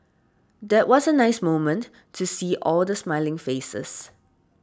that was a nice moment to see all the smiling faces